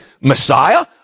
Messiah